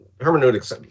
Hermeneutics